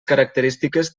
característiques